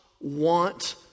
want